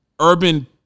urban